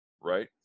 right